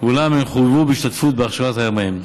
אולם הן חויבו בהשתתפות בהכשרת ימאים.